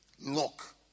lock